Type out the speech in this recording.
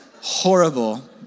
horrible